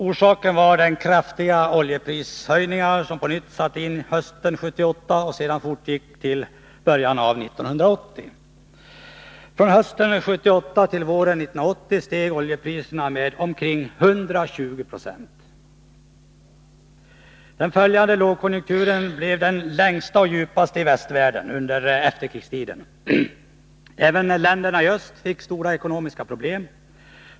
Orsaken var de kraftiga oljeprishöjningar som på nytt satte in hösten 1978 och sedan fortgick till i början av 1980. Från hösten 1978 till våren 1980 steg oljepriserna med omkring 120 96. Den följande lågkonjunkturen blev den längsta och djupaste i västvärlden under efterkrigstiden. Även länderna i öst fick stora ekonomiska problem.